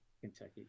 Kentucky